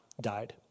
died